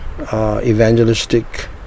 evangelistic